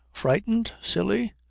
frightened? silly?